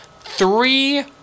three